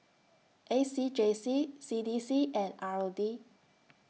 A C J C C D C and R O D